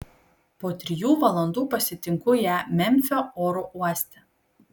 po trijų valandų pasitinku ją memfio oro uoste